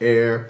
Air